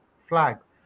flags